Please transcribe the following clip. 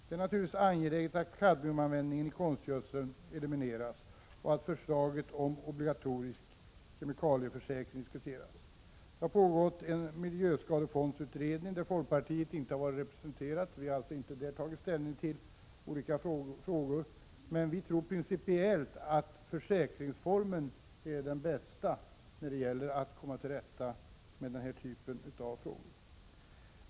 Det är naturligtvis angeläget att kadmiumanvändningen i konstgödseln elimineras och att förslaget om att obligatorisk kemikalieförsäkring diskuteras. Det har pågått en miljöskadefonds::tredning, där folkpartiet inte har varit representerat och där vi alltså inte har tagit ställning till olika frågor. Men vi tror principiellt att försäkringsformen är den bästa när det gäller att komma till rätta med den här typen av frågor.